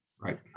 Right